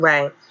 Right